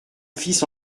fils